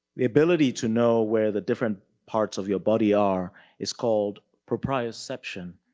the ability to know where the different parts of your body are is called proprioception.